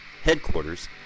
headquarters